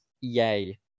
yay